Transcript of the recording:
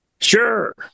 Sure